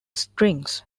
strings